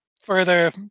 further